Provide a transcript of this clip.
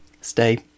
Stay